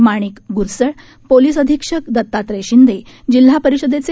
माणिक Grasal police अधीक्षक दत्तात्रय शिंदे जिल्हा परिषदेचे